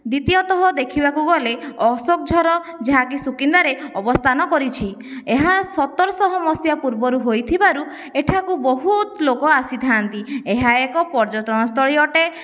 ଦ୍ଵିତୀୟତଃ ଦେଖିବାକୁ ଗଲେ ଅଶୋକଝର ଯାହାକି ସୁକିନ୍ଦାରେ ଅବସ୍ଥାନ କରିଛି ଏହା ସତରଶହ ମସିହା ପୂର୍ବରୁ ହୋଇଥିବାରୁ ଏଠାକୁ ବହୁତ ଲୋକ ଆସିଥାନ୍ତି ଏହା ଏକ ପର୍ଯ୍ୟଟନସ୍ଥଳୀ ଅଟେ